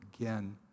again